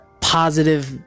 positive